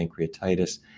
pancreatitis